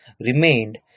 remained